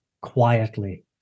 quietly